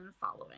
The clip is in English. following